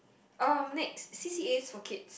um next C_C_As for kids